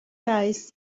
preis